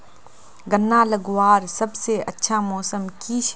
गन्ना लगवार सबसे अच्छा मौसम की छे?